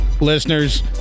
listeners